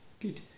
good